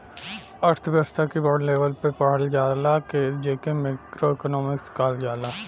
अर्थव्यस्था के बड़ लेवल पे पढ़ल जाला जे के माइक्रो एक्नामिक्स कहल जाला